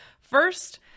first